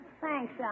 Thanks